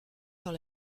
dans